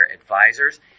Advisors